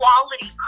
quality